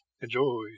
Enjoy